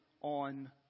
on